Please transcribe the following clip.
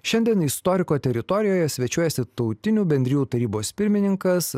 šiandien istoriko teritorijoje svečiuojasi tautinių bendrijų tarybos pirmininkas